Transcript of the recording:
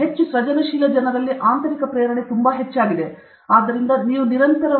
ಹೆಚ್ಚು ಸೃಜನಶೀಲ ಜನರಲ್ಲಿ ಆಂತರಿಕ ಪ್ರೇರಣೆ ತುಂಬಾ ಹೆಚ್ಚಾಗಿದೆ ಆದ್ದರಿಂದ ನೀವು ನಿರಂತರವಾಗಿ